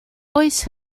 oes